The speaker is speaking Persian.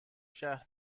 شهر